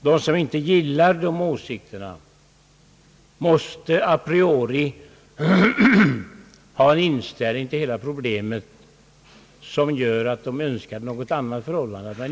De som inte gillar den åsikten måste a priori ha en inställning till hela problemet som innebär att de önskar något helt annat.